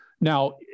Now